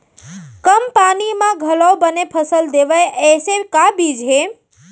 कम पानी मा घलव बने फसल देवय ऐसे का बीज हे?